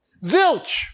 Zilch